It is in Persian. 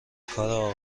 کار